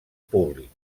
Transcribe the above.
públics